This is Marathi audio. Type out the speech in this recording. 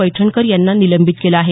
पैठणकर यांना निलंबित केलं आहे